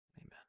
Amen